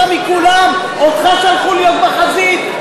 אתה מכולם, אותך שלחו להיות בחזית?